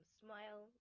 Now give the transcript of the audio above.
smile